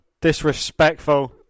Disrespectful